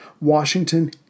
Washington